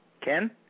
Ken